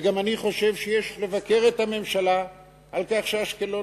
גם אני חושב שיש לבקר את הממשלה על כך שאשקלון